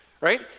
Right